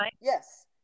yes